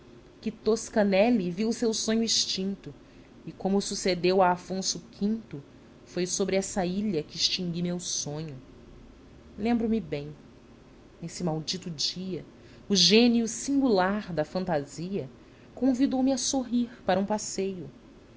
risonho que toscanelli viu seu sonho extinto e como sucedeu a afonso quinto foi sobre essa ilha que extingui meu sonho lembro-me bem nesse maldito dia o gênio singular da fantasia convidou-me a sorrir para um passeio